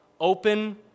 open